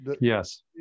Yes